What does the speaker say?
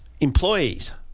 employees